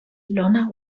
lona